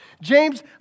James